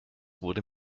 wurde